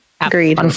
agreed